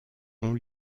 ont